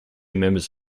members